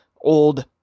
old